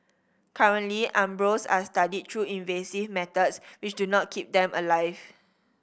currently embryos are studied through invasive methods which do not keep them alive